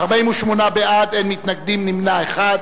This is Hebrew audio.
48 בעד, אין מתנגדים, נמנע אחד.